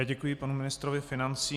Děkuji panu ministrovi financí.